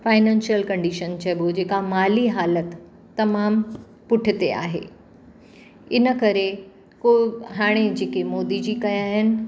financial condition चइबो जंहिं का माली हालति तमामु पुठिते आहे इनकरे को हाणे जेके मोदी जी कया आहिनि